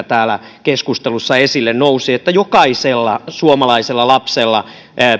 täällä keskustelussa esille nousi jokaisella suomalaisella lapsella